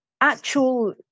actual